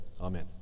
Amen